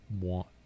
want